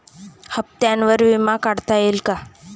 हप्त्यांवर विमा काढता येईल का?